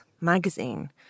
magazine